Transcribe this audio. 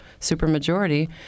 supermajority